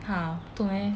他做什么 eh